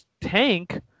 tank